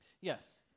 Yes